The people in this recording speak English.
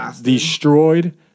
destroyed